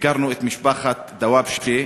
ביקרנו את משפחת דוואבשה,